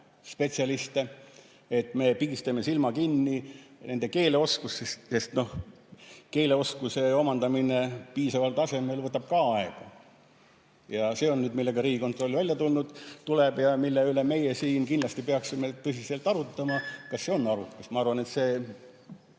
spetsialiste, me pigistame silma kinni nende keeleoskuse ees? Keeleoskuse omandamine piisaval tasemel võtab ka aega. Ja see on, millega Riigikontroll välja tuleb ja mille üle me siin kindlasti peaksime tõsiselt arutama, kas see on arukas. Ma arvan, et see